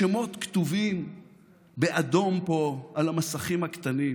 השמות כתובים באדום, פה על המסכים הקטנים.